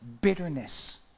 bitterness